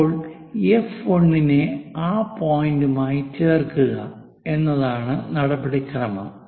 ഇപ്പോൾ എഫ് 1 നെ ആ പോയിന്റുമായി ചേർക്കുക എന്നതാണ് നടപടിക്രമം